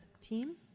team